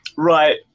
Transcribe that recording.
Right